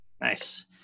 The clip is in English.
Nice